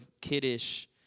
kiddish